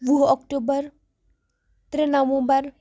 وُہ اَکٹوٗبَر ترٛےٚ نَومبر